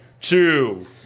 two